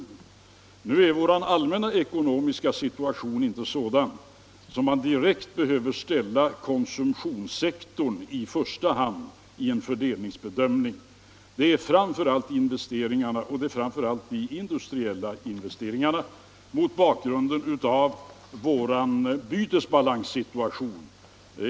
Men nu är vår allmänna ekonomiska situation inte sådan att man direkt behöver ställa konsumtionssektorn i förgrunden vid en fördelningsbedömning. Det är framför allt industriinvesteringarna och andra investeringar som bör stå där, mot bak grund av vår bytesbalanssituation.